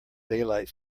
daylight